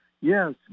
Yes